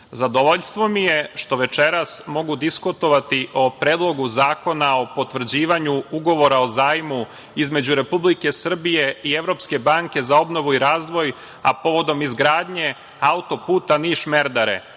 zadovoljstvo mi je što večeras mogu diskutovati o Predlogu zakona o potvrđivanju Ugovora o zajmu između Republike Srbije i Evropske banke za obnovu i razvoj, a povodom izgradnje auto-puta Niš-Merdare,